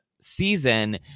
season